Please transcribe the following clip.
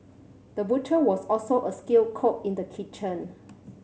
the butcher was also a skilled cook in the kitchen